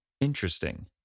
Interesting